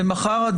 ומחר?